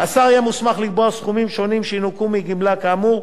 השר יהיה מוסמך לקבוע סכומים שונים שינוכו מגמלה כאמור,